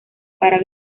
para